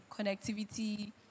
connectivity